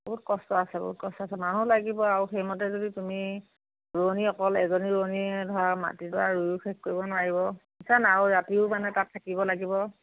বহুত কষ্ট আছে বহুত কষ্ট আছে মানুহ লাগিব আৰু সেইমতে যদি তুমি ৰোৱনী অকল এজনী ৰোৱনীয়ে ধৰা মাটিডৰা ৰুইয়ো শেষ কৰিব নোৱাৰিব বুজিছা নাই আৰু ৰাতিও মানে তাত থাকিব লাগিব